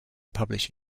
publish